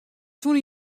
soenen